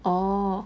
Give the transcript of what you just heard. orh